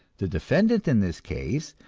the defendant in this case,